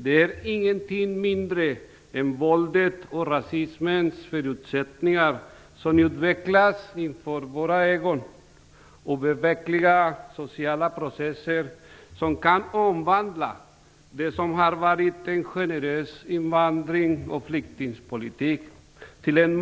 Det är inget mindre än våld och rasismens förutsättningar som utvecklas inför våra ögon - obevekliga sociala processer som kan omvandla det som har varit en generös invandrings och flyktingpolitik till en